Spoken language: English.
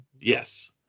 Yes